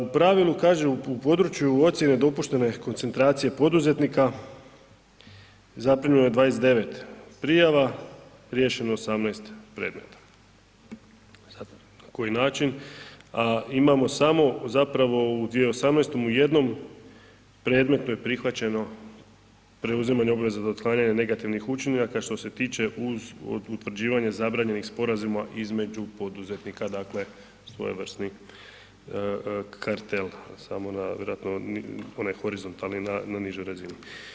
U pravilu kažu u području ocijene dopuštena je koncentracija poduzetnika, zaprimljeno je 29 prijava, riješeno 18 predmeta, sad na koji način, a imamo samo zapravo u 2018. u jednom predmetu je prihvaćeno preuzimanje obveza za otklanjanje negativnih učinaka što se tiče uz, utvrđivanje zabranjenih sporazuma između poduzetnika, dakle svojevrsni kartel, samo ona, vjerojatno onaj horizontalni na, na nižoj razini.